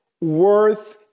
worth